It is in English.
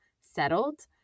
settled